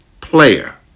player